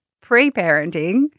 pre-parenting